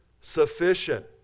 sufficient